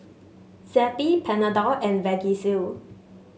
Zappy Panadol and Vagisil